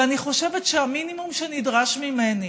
ואני חושבת שהמינימום שנדרש ממני